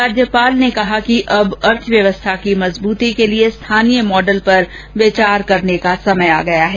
उन्होंने कहा कि अब अर्थव्यवस्था की मजबूती के लिए स्थानीय मॉडल पर विचार करने का समय आ गया है